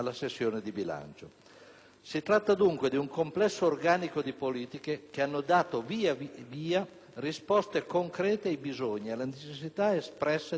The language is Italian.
Si tratta, dunque, di un complesso organico di politiche che hanno dato via via risposte concrete ai bisogni ed alle necessità espresse dai cittadini e dalle imprese